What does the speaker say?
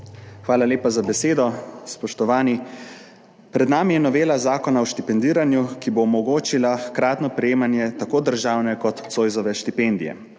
Hvala lepa za besedo. Spoštovani! Pred nami je novela Zakona o štipendiranju, ki bo omogočila hkratno prejemanje tako državne kot Zoisove štipendije.